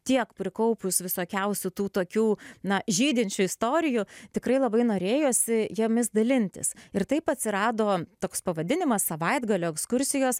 tiek prikaupus visokiausių tų tokių na žydinčių istorijų tikrai labai norėjosi jomis dalintis ir taip atsirado toks pavadinimas savaitgalio ekskursijos